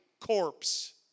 corpse